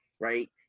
right